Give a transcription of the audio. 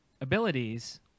Abilities